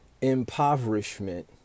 impoverishment